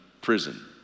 prison